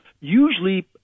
usually